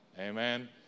Amen